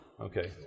Okay